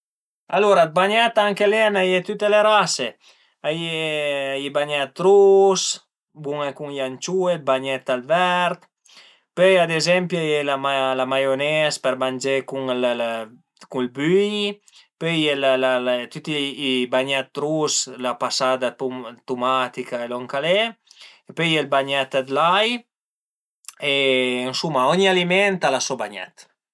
Alura ël bagnèt anche li a i n'a ie dë tüte le rase, a ie i bagnèt rus cun le anciue, ël bagnèt al vert, pöi ad ezempi a ie la maiones për mangé cun ël büì, pöi a ie tüti i bagnèt rus, d'la pasada cun tumatica e lon ch'al e, e pöi a ie ël bagnèt cun l'ai e ënsuma ogni aliment al a so bagnèt